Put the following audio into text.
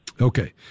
Okay